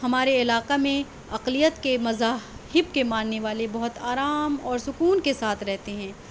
ہمارے علاقہ میں اقلیت کے مذاہب کے ماننے والے بہت آرام اور سکون کے ساتھ رہتے ہیں